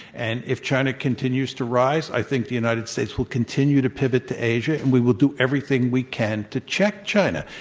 and if china continues to rise, i think the united states will continue to pivot to asia, and we will do everything we can to check china.